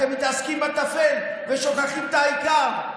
אתם מתעסקים בתפל ושוכחים את העיקר.